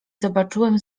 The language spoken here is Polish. zobaczyłem